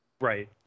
Right